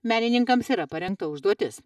menininkams yra parengta užduotis